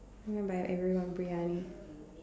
I'm gonna buy everyone Briyani